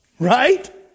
Right